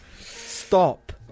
Stop